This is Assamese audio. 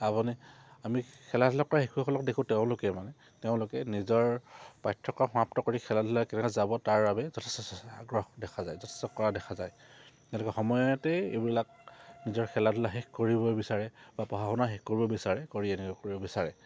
আপুনি আমি খেলা ধূলা পৰা শিশুসকলক দেখোঁ তেওঁলোকে মানে তেওঁলোকে নিজৰ পাঠ্যক্ৰম সমাপ্ত কৰি খেলা ধূলা কেনেকৈ যাব তাৰ বাবে যথেষ্ট আগ্ৰহ দেখা যায় যথেষ্ট কৰা দেখা যায় তেওঁলোকে সময়তেই এইবিলাক নিজৰ খেলা ধূলা শেষ কৰিব বিচাৰে বা পঢ়া শুনা শেষ কৰিব বিচাৰে কৰি এনেকুৱা কৰিব বিচাৰে